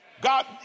God